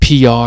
PR